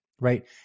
right